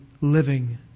living